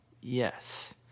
Yes